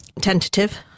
Tentative